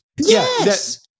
Yes